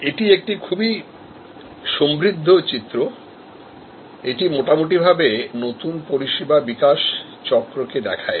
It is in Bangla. এটি একটি খুবই সমৃদ্ধ চিত্রএটি মোটামুটি ভাবে নতুন পরিষেবা বিকাশ চক্রকে দেখায়